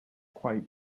quite